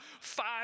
five